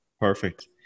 Perfect